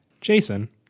Jason